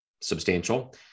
substantial